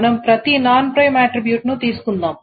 మనం ప్రతి non prime attribute ను తీసుకుందాము